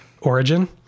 origin